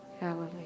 Hallelujah